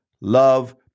love